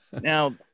now